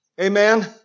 Amen